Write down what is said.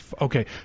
Okay